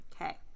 Okay